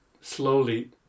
slowly